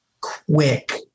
quick